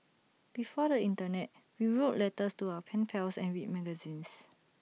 before the Internet we wrote letters to our pen pals and read magazines